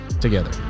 together